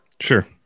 Sure